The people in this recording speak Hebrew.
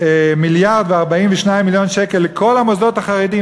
1.42 מיליארד שקל לכל המוסדות החרדיים,